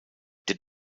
der